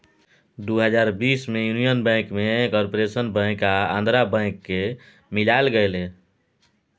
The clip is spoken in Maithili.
दु हजार बीस मे युनियन बैंक मे कारपोरेशन बैंक आ आंध्रा बैंक केँ मिलाएल गेलै